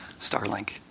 Starlink